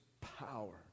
power